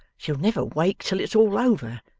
she'll never wake till it's all over,